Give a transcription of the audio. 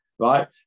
Right